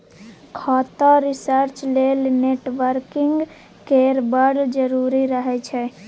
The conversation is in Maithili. खाता रिसर्च लेल नेटवर्किंग केर बड़ जरुरी रहय छै